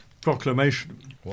proclamation